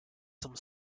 some